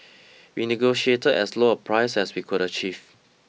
we negotiated as low a price as we could achieve